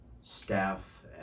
staff